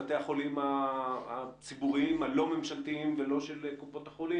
חלק מהמכשירים בבתי החולים שלנו יודעים לעשות את הבדיקה הנ"ל.